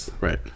Right